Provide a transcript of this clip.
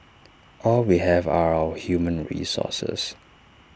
all we have are our human resources